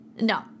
No